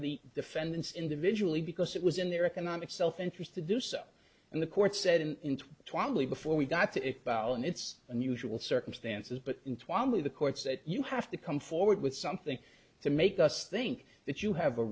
the defendants individually because it was in their economic self interest to do so and the court said in twamley before we got to bow and it's unusual circumstances but in twamley the courts that you have to come forward with something to make us think that you have a